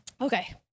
Okay